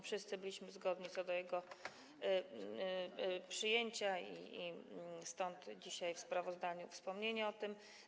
Wszyscy byliśmy zgodni co do jego przyjęcia, stąd dzisiaj w sprawozdaniu wspomnienie o tym.